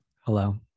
hello